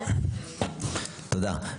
תודה.